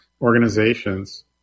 organizations